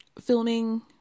filming